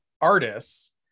artists